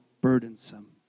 burdensome